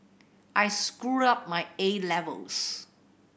I screwed up my A levels